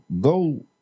go